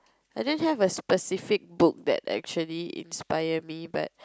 I don't have a specific book that actually inspire me but